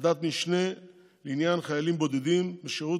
ועדת משנה לעניין חיילים בודדים בשירות